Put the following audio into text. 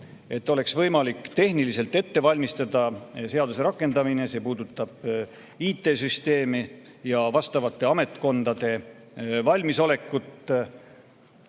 et oleks võimalik tehniliselt ette valmistada seaduse rakendamine. See puudutab IT‑süsteemi ja vastavate ametkondade valmisolekut